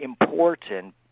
important